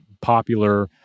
popular